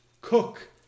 cook